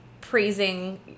praising